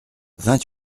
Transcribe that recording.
vingt